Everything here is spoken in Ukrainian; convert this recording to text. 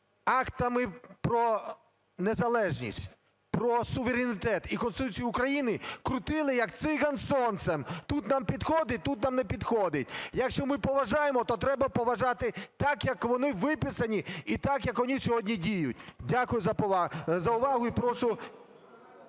актами про незалежність, про суверенітет і Конституцію України крутили, як циган сонцем: тут нам підходить, тут нам не підходить. Якщо ми поважаємо, то треба поважати так, як вони виписані, і так, як вони сьогодні діють. Дякую за увагу і прошу…